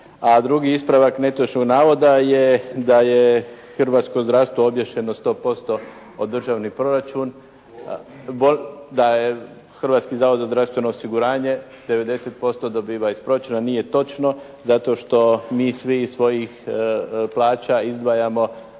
A drugi ispravak netočnog navoda je da je hrvatsko zdravstvo obješeno 100% o državni proračun. Da je Hrvatski zavod za zdravstveno osiguranje 90% dobiva iz proračuna. Nije točno, zato što mi svi iz svojih plaća izdvajamo